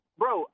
bro